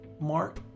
Mark